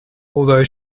although